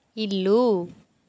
ఇల్లు